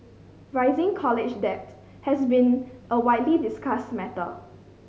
rising college debt has been a widely discussed matter